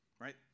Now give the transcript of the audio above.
right